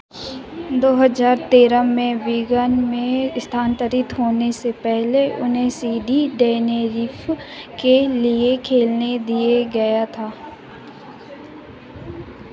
दो हज़ार तेरह में विगन में स्थानांतरित होने से पहले उन्हें सी डी डेनेरिफ़ के लिए खेलने दिया गया था